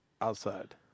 outside